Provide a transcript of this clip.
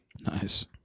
Nice